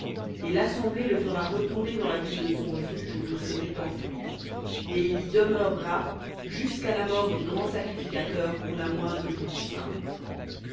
et l'assemblée le fera retourner dans la ville de son refuge où il s'était enfui et il y demeurera jusqu'à la mort du grand sacrificateur qu'on a oint de l'huile sainte